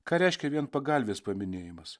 ką reiškia vien pagalvės paminėjimas